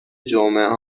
جمعه